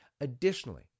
Additionally